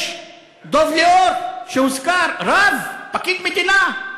יש דב ליאור שהוזכר, רב, פקיד מדינה,